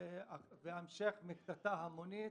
והמשך בקטטה המונית.